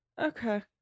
Okay